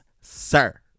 sir